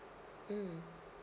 mm